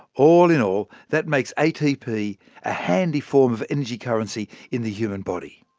all in all, that makes atp a handy form of energy currency in the human body.